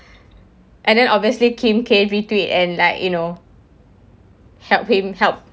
and then obviously kim K retweet and like you know helped him help